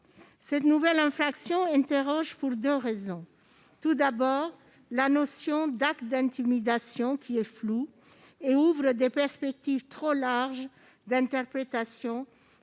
Cette nouvelle infraction interroge pour deux raisons. D'une part, la notion d'« acte d'intimidation », qui est floue, ouvre des perspectives trop larges d'interprétation